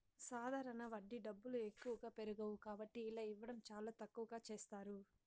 సాధారణ వడ్డీ డబ్బులు ఎక్కువగా పెరగవు కాబట్టి ఇలా ఇవ్వడం చాలా తక్కువగా చేస్తారు